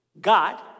God